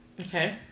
Okay